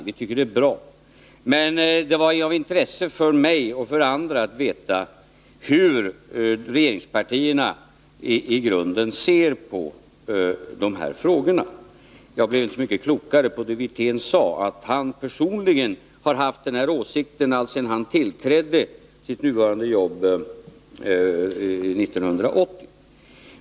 Vi tycker att det är bra, men det är av intresse för mig och andra att få veta hur regeringspartierna i grunden ser på dessa frågor. Jag blev inte så mycket klokare av det som Rolf Wirtén sade, att han personligen haft de här åsikterna sedan han tillträdde sitt nuvarande jobb 1980.